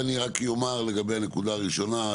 ואני רק אומר לגבי הנקודה הראשונה,